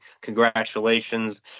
Congratulations